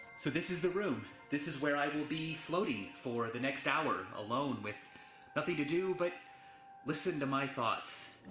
so this is the room. this is where i will be floating for the next hour, alone with nothing to do but listen to my thoughts.